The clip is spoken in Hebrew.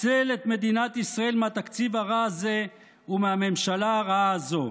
הצל את מדינת ישראל מהתקציב הרע הזה ומהממשלה הרעה הזאת.